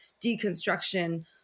deconstruction